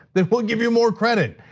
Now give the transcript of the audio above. then we'll give you more credit.